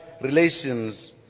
relations